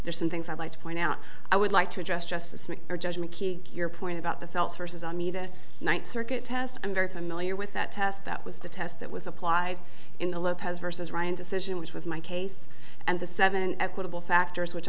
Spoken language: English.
are some things i'd like to point out i would like to address justice make your judgment key your point about the felt sources on me to night circuit test i'm very familiar with that test that was the test that was applied in the lopez versus ryan decision which was my case and the seven equitable factors which